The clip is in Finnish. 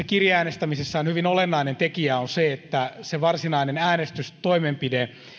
kirjeäänestämisessä hyvin olennainen tekijä on se että se varsinainen äänestystoimenpide